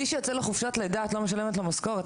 מי שיוצא לחופשת לידה את לא משלמת לו משכורת.